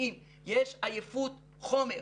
יש עייפות חומר.